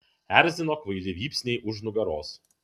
erzino kvaili vypsniai už nugaros